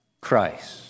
Christ